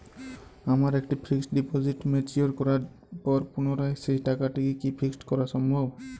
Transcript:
আমার একটি fixed deposit mature করার পর পুনরায় সেই টাকাটিকে কি ফিক্সড করা সম্ভব?